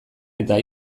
eta